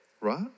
right